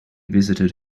visited